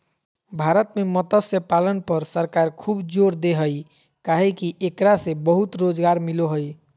भारत में मत्स्य पालन पर सरकार खूब जोर दे हई काहे कि एकरा से बहुत रोज़गार मिलो हई